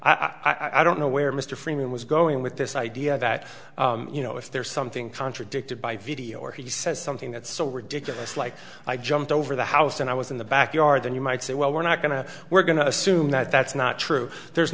certainly i don't know where mr freeman was going with this idea that you know if there's something contradicted by video or he says something that's so ridiculous like i jumped over the house and i was in the backyard then you might say well we're not going to we're going to assume that that's not true there's